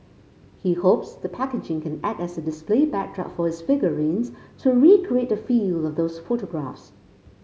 he hopes the packaging can act as a display backdrop for his figurines to recreate the feel of those photographs